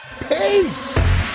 Peace